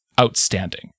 outstanding